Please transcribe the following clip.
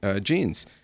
genes